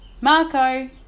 Marco